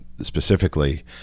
specifically